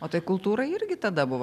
o tai kultūra irgi tada buvo